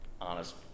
honest